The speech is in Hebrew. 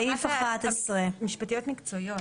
סעיף 11. הערות משפטיות מקצועיות.